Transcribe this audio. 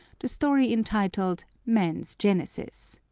the story entitled man's genesis.